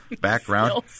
background